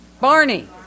Barney